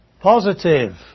positive